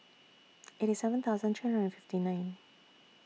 eighty seven thousand three hundred and fifty nine